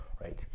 right